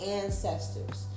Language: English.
ancestors